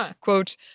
Quote